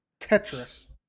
Tetris